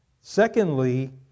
Secondly